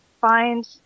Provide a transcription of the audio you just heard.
find